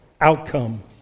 outcome